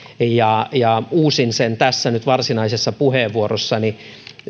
ja ja uusin sen nyt tässä varsinaisessa puheenvuorossani